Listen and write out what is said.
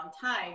time